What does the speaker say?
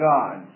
God